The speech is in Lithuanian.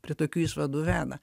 prie tokių išvadų veda